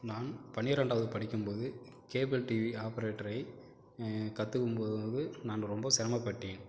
நான் பன்னிரெண்டாவது படிக்கும்போது கேபிள் டிவி ஆப்ரேட்டரை கற்றுக்கும் போது வந்து நான் ரொம்ப சிரமப்பட்டேன்